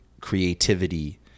creativity